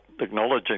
acknowledging